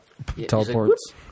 Teleports